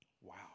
Wow